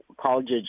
college